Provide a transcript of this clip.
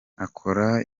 akora